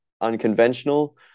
unconventional